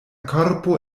korpo